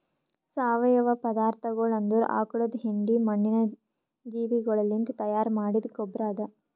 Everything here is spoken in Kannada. ಸಾವಯವ ಪದಾರ್ಥಗೊಳ್ ಅಂದುರ್ ಆಕುಳದ್ ಹೆಂಡಿ, ಮಣ್ಣಿನ ಜೀವಿಗೊಳಲಿಂತ್ ತೈಯಾರ್ ಮಾಡಿದ್ದ ಗೊಬ್ಬರ್ ಅದಾ